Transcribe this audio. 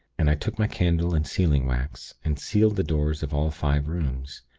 and i took my candle and sealing wax, and sealed the doors of all five rooms.